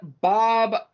Bob